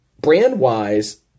brand-wise